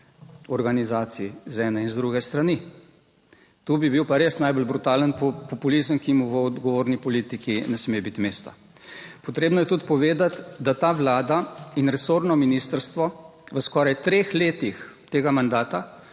organizacij, z ene in z druge strani. Tu bi bil pa res najbolj brutalen populizem, ki mu v odgovorni politiki ne sme biti mesta. Potrebno je tudi povedati, da ta Vlada in resorno ministrstvo v skoraj treh letih tega mandata